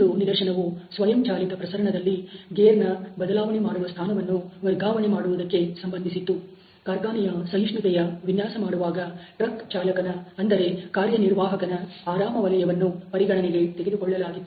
ಇನ್ನೊಂದು ನಿದರ್ಶನವು ಸ್ವಯಂ ಚಾಲಿತ ಪ್ರಸರಣದಲ್ಲಿ ಗೇರ್'ನ ಬದಲಾವಣೆ ಮಾಡುವ ಸ್ಥಾನವನ್ನು ವರ್ಗಾವಣೆ ಮಾಡುವುದಕ್ಕೆ ಸಂಬಂಧಿಸಿತ್ತು ಕಾರ್ಖಾನೆಯ ಸಹಿಷ್ಣುತೆಯ ವಿನ್ಯಾಸ ಮಾಡುವಾಗ ಟ್ರಕ್ ಚಾಲಕನ ಅಂದರೆ ಕಾರ್ಯನಿರ್ವಾಹಕನ 'ಆರಾಮ ವಲಯ'ವನ್ನು ಪರಿಗಣನೆಗೆ ತೆಗೆದುಕೊಳ್ಳಲಾಗಿತ್ತು